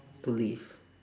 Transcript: believe